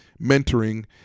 mentoring